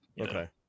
okay